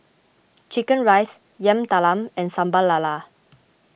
Chicken Rice Yam Talam and Sambal Lala